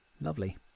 Lovely